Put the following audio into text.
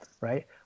Right